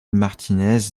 martínez